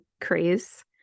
craze